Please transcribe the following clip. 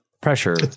Pressure